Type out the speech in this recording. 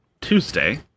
Tuesday